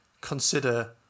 consider